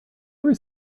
ever